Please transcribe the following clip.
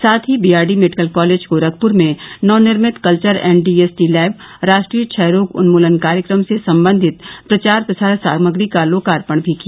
साथ ही BRD medical college Gorakhpur में नव निर्मित कल्चर एण्ड डीएसटी लैब राष्ट्रीय क्षय रोग उन्मुलन कार्यक्रम से सम्बच्चित प्रचार प्रसार सामग्री का लोकार्पण भी किया